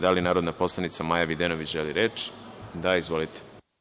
Da li narodna poslanica Maja Videnović želi reč? (Da.) Izvolite.